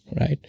right